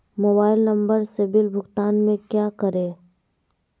Mobile number से bill भुगतान में क्या करें?